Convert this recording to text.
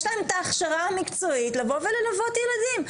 יש להם את ההכשרה המקצועית לבוא וללוות ילדים,